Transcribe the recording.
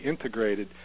integrated